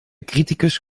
criticus